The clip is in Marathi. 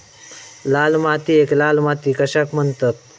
लाल मातीयेक लाल माती कशाक म्हणतत?